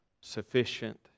sufficient